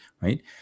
right